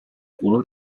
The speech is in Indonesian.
puluh